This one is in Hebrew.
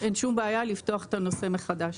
אין שום בעיה לפתוח את הנושא מחדש.